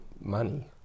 money